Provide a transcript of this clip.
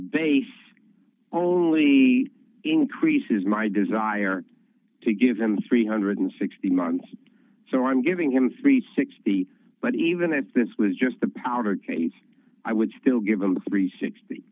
based all increases my desire to give them three hundred and sixty months so i'm giving him three to sixty but even if this was just the power case i would still give them three